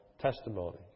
testimony